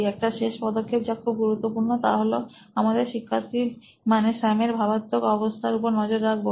একটা শেষ পদক্ষেপ যা খুবই গুরুত্বপূর্ণতা হলো আমরা আমাদের শিক্ষার্থী মানে স্যামের ভাবনাত্মক অবস্থার উপর নজর রাখবো